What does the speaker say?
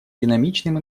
динамичным